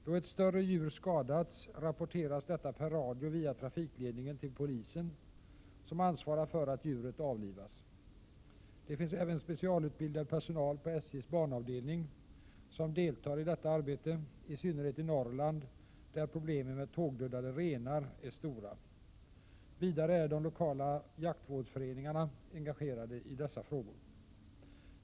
Då ett större djur skadats, rapporteras detta per radio via trafikledningen till polisen, som ansvarar för att djuret avlivas. Det finns även specialutbildad personal på SJ:s banavdelning som deltar i detta arbete, i synnerhet i Norrland där problemen med tågdödade renar är stora. Vidare är de lokala jaktvårdsföreningarna engagerade i dessa frågor.